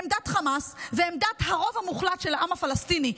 עמדת חמאס ועמדת הרוב המוחלט של העם הפלסטיני,